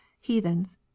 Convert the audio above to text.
heathens